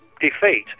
defeat